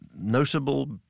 notable